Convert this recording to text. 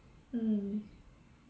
mm